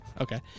Okay